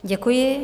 Děkuji.